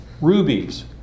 rubies